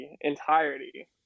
entirety